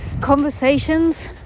conversations